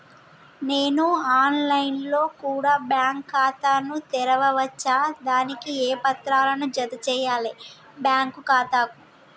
నేను online లో కూడా బ్యాంకు ఖాతా ను తెరవ వచ్చా? దానికి ఏ పత్రాలను జత చేయాలి బ్యాంకు ఖాతాకు?